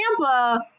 Tampa